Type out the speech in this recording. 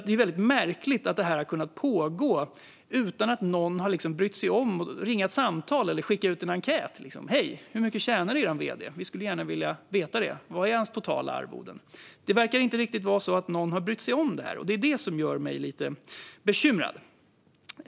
Det är väldigt märkligt att det här har kunnat pågå utan att någon har brytt sig om att ringa ett samtal eller skicka ut en enkät: "Hej! Hur mycket tjänar er vd? Vi skulle gärna vilja veta det. Vad är hans totala arvoden?" Det verkar inte riktigt vara så att någon har brytt sig om detta, och det är det som gör mig lite bekymrad.